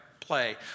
play